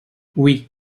oui